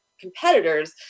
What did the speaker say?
competitors